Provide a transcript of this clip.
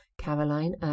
caroline